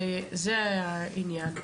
וזה העניין.